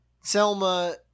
Selma